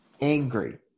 angry